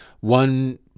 One